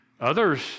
Others